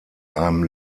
einem